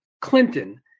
Clinton